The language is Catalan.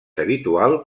habitual